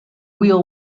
wheel